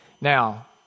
Now